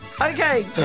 Okay